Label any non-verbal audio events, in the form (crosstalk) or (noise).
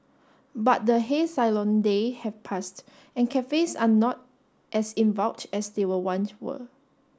but the (unintelligible) day have passed and cafes are not as in (unintelligible) as they were once were